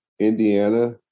Indiana